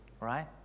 Right